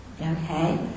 Okay